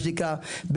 מה שנקרא,